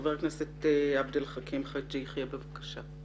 חבר הכנסת עבד אל חכים חאג' יחיא בבקשה.